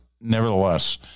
nevertheless